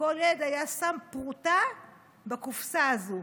כל ילד היה שם פרוטה בקופסה הזאת.